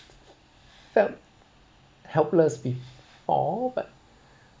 felt helpless before but